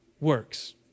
works